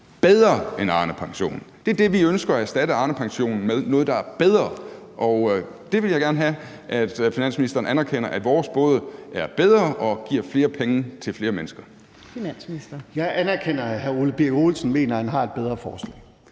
bedre end Arnepension. Det er det, vi ønsker at erstatte Arnepensionen med: noget, der er bedre. Jeg vil gerne have, at finansministeren anerkender, at vores forslag både er bedre og giver flere penge til flere mennesker. Kl. 17:42 Tredje næstformand (Trine Torp): Finansministeren. Kl.